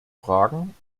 fragen